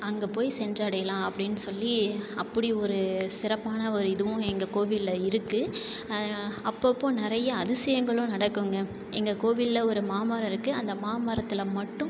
அங்கே போய் சென்றடையலாம் அப்படீன்னு சொல்லி அப்படி ஒரு சிறப்பான ஒரு இதுவும் எங்கள் கோவிலில் இருக்கு அப்போப்போ நிறைய அதிசயங்களும் நடக்கும்ங்க எங்கள் கோவிலில் ஒரு மாமரம் இருக்கு அந்த மாமரத்தில் மட்டும்